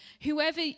whoever